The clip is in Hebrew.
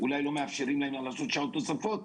אולי לא מאפשרים להם לעשות שעות נוספות,